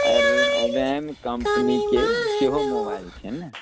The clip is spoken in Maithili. रै रैम कम्पनीके सेहो मोबाइल छै ने